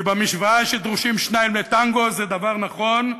כי במשוואה שדרושים שניים לטנגו, זה דבר נכון,